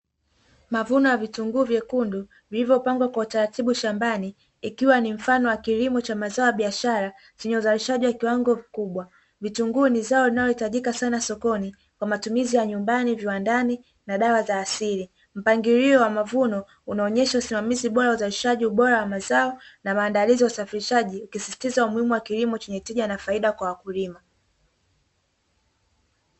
Mavuno ya vitunguu vyekundu vilivyopangwa kwa utaratibu shambani ikiwa ni mfano wa kilimo cha mazaa biashara chenye uzalishaji wa kiwango kikubwa vitunguu ni zao linalo tajika sana sokoni kwa matumizi ya nyumbani, viwandani na dawa za asili, mpangilio wa mavuno unaonyesha usimamizi bora uzalishaji ubora wa mazao na maandalizi ya usafirishaji ukisisitiza umuhimu wa kilimo chenye tija na faida kwa wakulima.